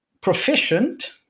proficient